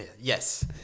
Yes